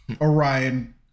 Orion